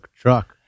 truck